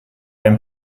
einem